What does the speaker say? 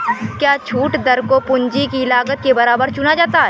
क्या छूट दर को पूंजी की लागत के बराबर चुना जाता है?